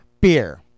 beer